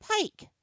pike